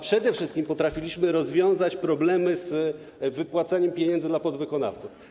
Przede wszystkim potrafiliśmy rozwiązać problemy z wypłaceniem pieniędzy dla podwykonawców.